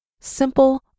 Simple